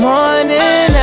Morning